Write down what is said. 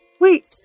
Wait